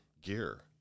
gear